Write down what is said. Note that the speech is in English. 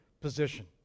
position